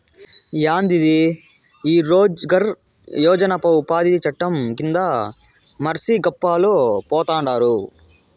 యాందిది ఈ రోజ్ గార్ యోజన ఉపాది చట్టం కింద మర్సి గప్పాలు పోతండారు